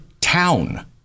town